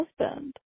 husband